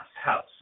House